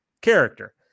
character